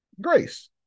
grace